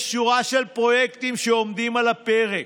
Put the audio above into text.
יש שורה של פרויקטים שעומדים על הפרק,